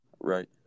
Right